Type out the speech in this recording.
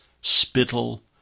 spittle